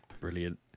Brilliant